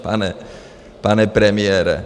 Ano, pane premiére.